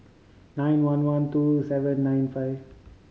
nine one one two seven nine five